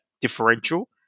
differential